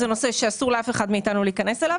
זה נושא שאסור לאף אחד מאיתנו להיכנס אליו.